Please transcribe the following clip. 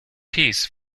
piece